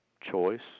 choice